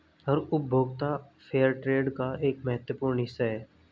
हर उपभोक्ता फेयरट्रेड का एक महत्वपूर्ण हिस्सा हैं